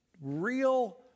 real